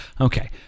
okay